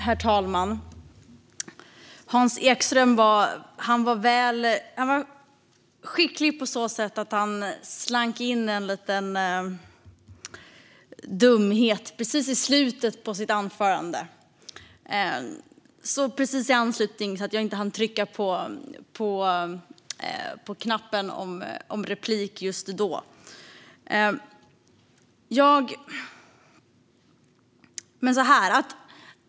Herr talman! Hans Ekström var skicklig på så sätt att han lät en liten dumhet slinka ut precis i slutet av sitt anförande, så att jag inte hann trycka på knappen för replik.